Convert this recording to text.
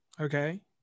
Okay